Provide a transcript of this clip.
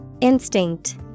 Instinct